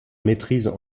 maitrise